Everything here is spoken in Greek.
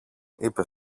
είπε